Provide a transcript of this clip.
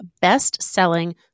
best-selling